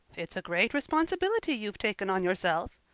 it's a great responsibility you've taken on yourself,